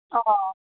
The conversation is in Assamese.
অঁ